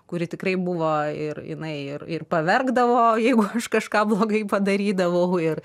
kuri tikrai buvo ir jinai ir ir paverkdavo jeigu aš kažką blogai padarydavau ir